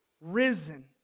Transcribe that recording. risen